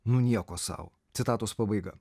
nu nieko sau citatos pabaiga